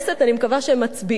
אני מקווה שהם מצביעים.